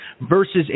versus